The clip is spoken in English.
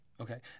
okay